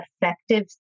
effective